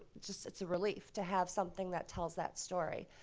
just it's a relief to have something that tells that story.